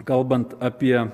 kalbant apie